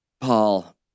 Paul